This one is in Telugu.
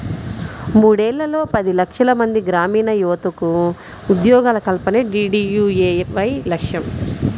మూడేళ్లలో పది లక్షలమంది గ్రామీణయువతకు ఉద్యోగాల కల్పనే డీడీయూఏవై లక్ష్యం